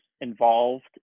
involved